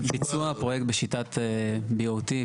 הביצוע פרויקט בשיטת BOT,